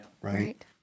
Right